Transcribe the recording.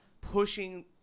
pushing